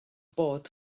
bod